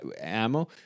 ammo